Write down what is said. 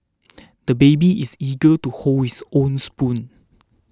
the baby is eager to hold his own spoon